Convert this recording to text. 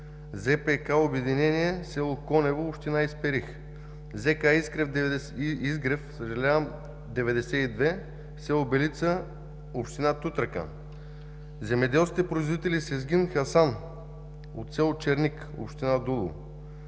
ЗПК „Обединение“ – село Конево, община Исперих, ЗК „Изгрев’92“ – село Белица, община Тутракан. Земеделските производители: Сезгин Хасан от село Черник – община Дулово,